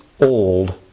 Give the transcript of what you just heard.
old